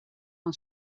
van